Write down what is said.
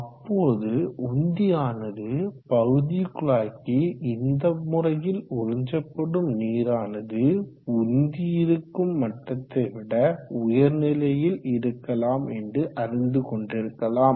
அப்போது உந்தி ஆனது பகுதி குழாய்க்கு இந்த முறையில் உறிஞ்சப்படும் நீரானது உந்தி இருக்கும் மட்டத்தைவிட உயர்நிலையில் இருக்கலாம் என்று அறிந்து கொண்டிருக்கலாம்